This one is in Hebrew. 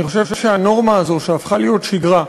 אני חושב שהנורמה הזאת, שהפכה להיות שגרה,